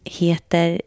heter